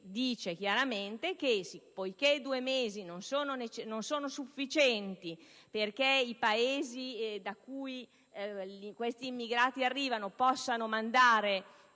più tempo poiché due mesi non sono sufficienti perché i Paesi da cui gli immigrati arrivano possano mandare